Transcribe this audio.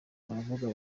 baravuga